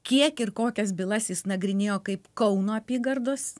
kiek ir kokias bylas jis nagrinėjo kaip kauno apygardos